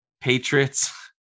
Patriots